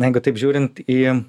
jeigu taip žiūrint į